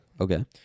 Okay